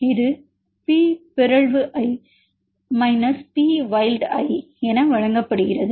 இது பி பிறழ்வு I minus P wild I என வழங்கப்படுகிறது